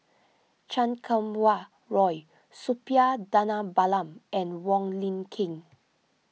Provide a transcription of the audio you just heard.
Chan Kum Wah Roy Suppiah Dhanabalan and Wong Lin Ken